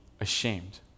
ashamed